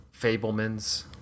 Fablemans